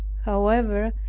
however,